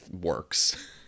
works